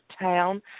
town